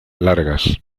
largas